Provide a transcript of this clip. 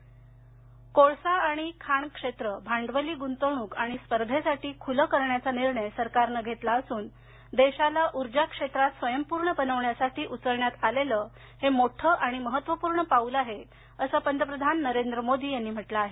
मोदी कोळसा आणि खाण क्षेत्र भांडवली गुंतवणूक आणि स्पर्धेसाठी खुलं करण्याचा निर्णय सरकारनं घेतला असून देशाला ऊर्जा क्षेत्रात स्वयंपूर्ण बनवण्यासाठी उचलण्यात आलेलं हे मोठं आणि महत्त्वपूर्ण पाऊल आहे असं पंतप्रधान नरेंद्र मोदी यांनी म्हटलं आहे